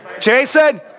Jason